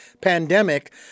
pandemic